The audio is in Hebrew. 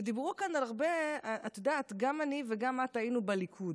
את יודעת, גם אני וגם את היינו בליכוד.